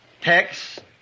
text